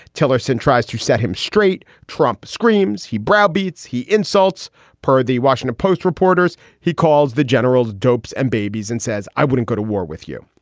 tillerson tries to set him straight. trump screams. he browbeat. he insults per the washington post reporters. he calls the generals, dopes and babies and says, i wouldn't go to war with you.